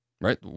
right